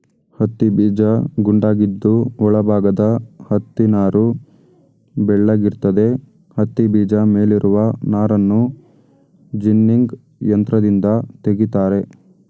ಹತ್ತಿಬೀಜ ಗುಂಡಾಗಿದ್ದು ಒಳ ಭಾಗದ ಹತ್ತಿನಾರು ಬೆಳ್ಳಗಿರ್ತದೆ ಹತ್ತಿಬೀಜ ಮೇಲಿರುವ ನಾರನ್ನು ಜಿನ್ನಿಂಗ್ ಯಂತ್ರದಿಂದ ತೆಗಿತಾರೆ